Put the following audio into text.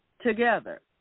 together